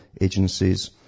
agencies